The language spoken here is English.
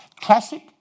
Classic